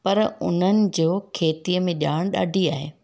पर उन्हनि जो खेतीअ में ॼाण ॾाढी आहे